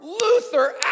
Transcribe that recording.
Luther